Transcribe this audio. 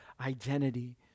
identity